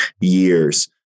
years